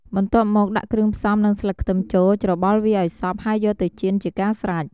បន្ទាប់មក ដាក់គ្រឿងផ្សំ និងស្លឹកខ្ទឹមចូល ច្របល់វាឱ្យសព្វហើយយកទៅចៀនជាការស្រេច។